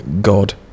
God